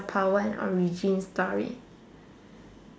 power and origin story